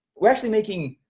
we're actually making